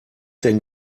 denn